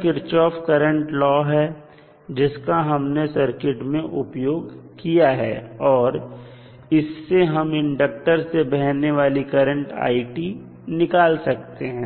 Kirchhoff current law Kirchhoff's current law है जिसका हमने सर्किट में उपयोग किया है और इससे हम इंडक्टर से बहने वाली करंट i निकाल सकते हैं